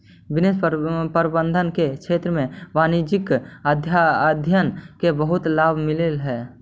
निवेश प्रबंधन के क्षेत्र में वाणिज्यिक अध्ययन से बहुत लाभ मिलऽ हई